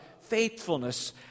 faithfulness